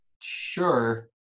sure